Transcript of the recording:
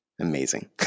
amazing